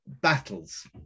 battles